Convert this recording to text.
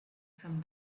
from